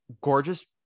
gorgeous